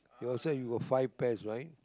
your side you got five pears right